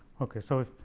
ok. so,